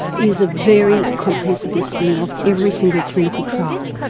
is a very comprehensive listing of every single clinical trial.